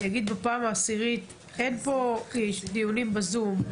אני אגיד בפעם העשירית, אין פה דיונים בזום.